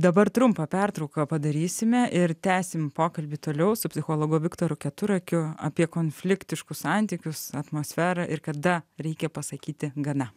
dabar trumpą pertrauką padarysime ir tęsim pokalbį toliau su psichologo viktoru keturakiu apie konfliktiškus santykius atmosferą ir kada reikia pasakyti gana